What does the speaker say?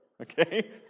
Okay